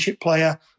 player